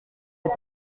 est